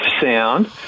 sound